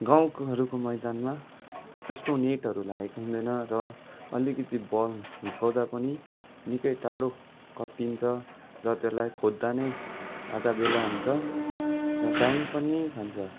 गाउँहरूको मैदानमा यस्तो नेटहरू लगाएको हुँदैन र अलिकति बल हिर्काउँदा पनि निकै टाडो कटिन्छ र त्यसलाई खोज्दा नै आधा बेला हुन्छ र टाइम पनि खान्छ